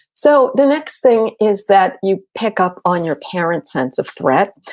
so the next thing is that you pick up on your parent sense of threat.